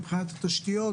מבחינת התשתיות,